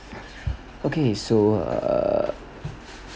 okay so err